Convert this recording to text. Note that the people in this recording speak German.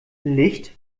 licht